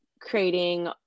creating